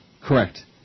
Correct